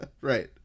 right